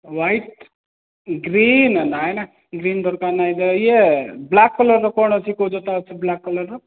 white green ନା ନା green ଦରକାର ନାହିଁ ଇଏ ବ୍ଲାକ କଲର କ'ଣ ଅଛି କେଉଁ ଜୋତା ଅଛି ବ୍ଲାକ କଲରର